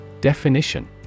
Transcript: Definition